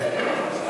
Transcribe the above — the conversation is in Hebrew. כן.